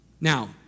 Now